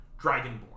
dragonborn